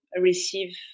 receive